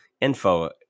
Info